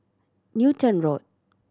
Newton Road